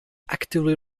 actively